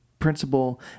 principle